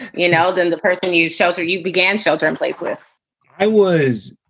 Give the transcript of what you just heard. you know, than the person you you shelter you began shelter in place with i was,